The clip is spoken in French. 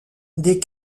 des